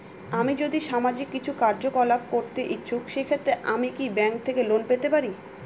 আমি যদি সামাজিক কিছু কার্যকলাপ করতে ইচ্ছুক সেক্ষেত্রে আমি কি ব্যাংক থেকে লোন পেতে পারি?